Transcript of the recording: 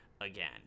again